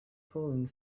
falling